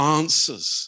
answers